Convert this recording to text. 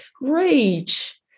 rage